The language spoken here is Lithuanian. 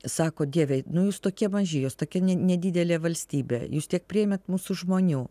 sako dieve nu jūs tokie maži jūs tokia ne nedidelė valstybė jūs tiek priėmėt mūsų žmonių